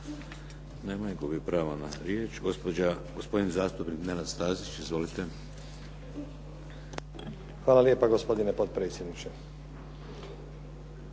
Hvala lijepa gospodine potpredsjedniče.